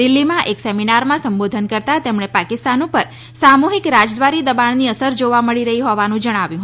દિલ્હીમાં એક સેમિનારમાં સંબોધન કરતાં તેમણે પાકિસ્તાન ઉપર સામુહિક રાજદ્વારી દબાણની અસર જોવા મળી રહી હોવાનું જણાવ્યું હતું